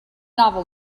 novel